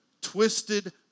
twisted